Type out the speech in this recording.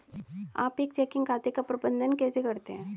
आप एक चेकिंग खाते का प्रबंधन कैसे करते हैं?